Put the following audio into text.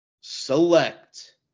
select